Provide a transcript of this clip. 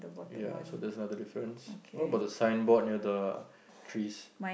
ya so that's another difference what about the signboard near the trees